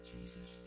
Jesus